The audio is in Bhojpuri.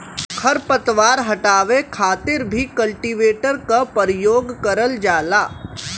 खर पतवार हटावे खातिर भी कल्टीवेटर क परियोग करल जाला